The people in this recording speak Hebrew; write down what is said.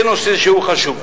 זה נושא חשוב.